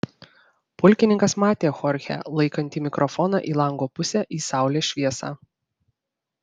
pulkininkas matė chorchę laikantį mikrofoną į lango pusę į saulės šviesą